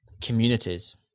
communities